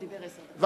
שלוש דקות.